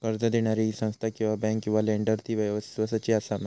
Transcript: कर्ज दिणारी ही संस्था किवा बँक किवा लेंडर ती इस्वासाची आसा मा?